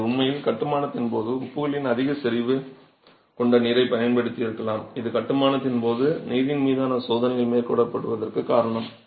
நீங்கள் உண்மையில் கட்டுமானத்தின் போது உப்புகளின் அதிக செறிவு கொண்ட நீரைப் பயன்படுத்தியிருக்கலாம் இது கட்டுமானத்தின் போது தண்ணீரின் மீதான சோதனைகள் மேற்கொள்ளப்படுவதற்குக் காரணம்